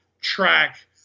track